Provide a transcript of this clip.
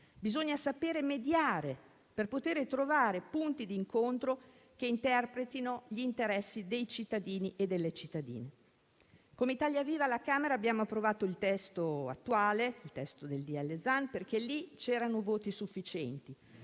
Bisogna sapere mediare per poter trovare punti di incontro che interpretino gli interessi dei cittadini e delle cittadine. Come Italia Viva alla Camera abbiamo approvato il testo attuale del disegno di legge Zan perché lì c'erano voti sufficienti.